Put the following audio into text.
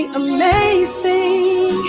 amazing